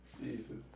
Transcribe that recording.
Jesus